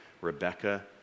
Rebecca